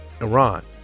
Iran